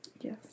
Yes